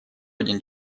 один